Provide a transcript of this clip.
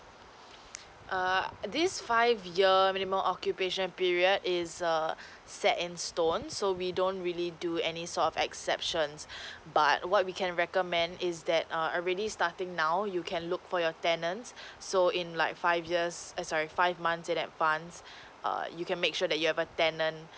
err this five year minimum occupation period is err set in stone so we don't really do any sort of exceptions but what we can recommend is that err already starting now you can look for your tenants so in like five years eh sorry five months in advance err you can make sure that you have a tenant